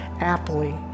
aptly